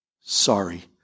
sorry